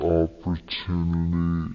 opportunity